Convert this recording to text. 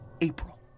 April